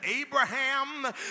Abraham